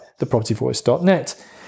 thepropertyvoice.net